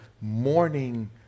morning